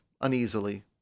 uneasily